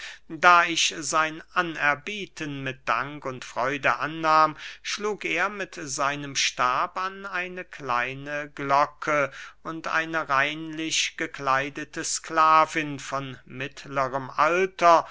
da ich sein anerbieten mit dank und freude annahm schlug er mit seinem stab an eine kleine glocke und eine reinlich gekleidete sklavin von mittlerem alter